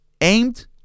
aimed